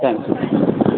thank you